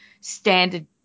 standard